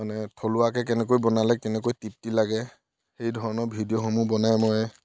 মানে থলুৱাকৈ কেনেকৈ বনালে কেনেকৈ তৃপ্তি লাগে সেই ধৰণৰ ভিডিঅ'সমূহ বনাই মই